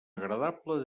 agradable